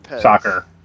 Soccer